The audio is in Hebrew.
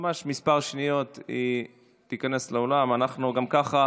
ממש עוד כמה שניות היא תיכנס לאולם, גם ככה